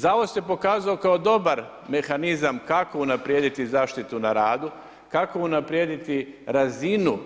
Zavod se pokazao kao dobar mehanizam kako unaprijediti zaštitu na radu, kako unaprijediti razinu